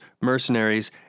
mercenaries